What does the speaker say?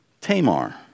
Tamar